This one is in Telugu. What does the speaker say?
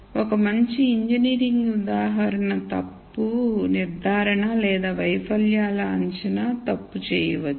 ఒక మంచి ఇంజనీరింగ్ ఉదాహరణ తప్పు నిర్ధారణ లేదా వైఫల్యాల అంచనా తప్పు చేయవచ్చు